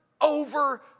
over